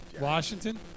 Washington